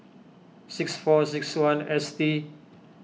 six four six one S T